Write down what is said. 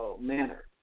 manner